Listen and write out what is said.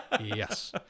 yes